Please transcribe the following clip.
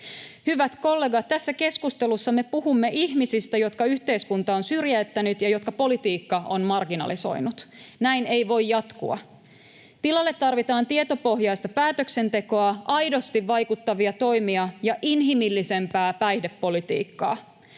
Hyvät kollegat! Tässä keskustelussa me puhumme ihmisistä, jotka yhteiskunta on syrjäyttänyt ja jotka politiikka on marginalisoinut. Näin ei voi jatkua. Tilalle tarvitaan tietopohjaista päätöksentekoa, aidosti vaikuttavia toimia ja inhimillisempää päihdepolitiikkaa.